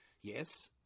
Yes